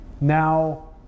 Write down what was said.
now